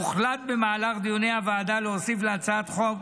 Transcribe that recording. הוחלט במהלך דיוני הוועדה להוסיף להצעת החוק